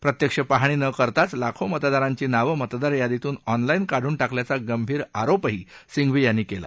प्रत्यक्ष पाहणी न करताच लाखो मतदारांची नावं मतदारयादीतून ऑनलाईन काढून टाकल्याचा गंभीर आरोपही सिंघवी यांनी केला